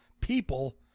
people